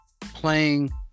playing